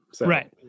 Right